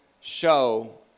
show